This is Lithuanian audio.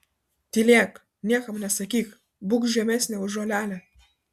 tylėk niekam nesakyk būk žemesnė už žolelę